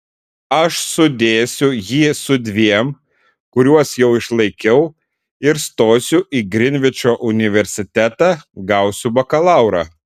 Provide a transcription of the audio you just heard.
aš sudėsiu jį su dviem kuriuos jau išlaikiau ir stosiu į grinvičo universitetą gausiu bakalaurą